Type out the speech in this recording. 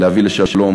להביא לשלום